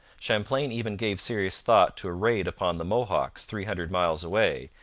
champlain even gave serious thought to a raid upon the mohawks, three hundred miles away,